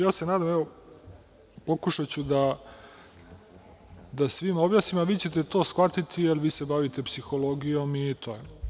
Ja se nadam, evo, pokušaću da svima objasnim, a vi ćete shvatiti, jer vi se bavite psihologijom i to je.